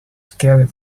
scaled